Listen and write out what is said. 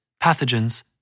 pathogens